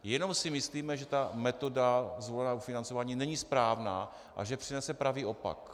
Jenom si myslíme, že metoda zvoleného financování není správná a že přinese pravý opak.